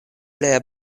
lia